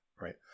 Right